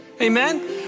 Amen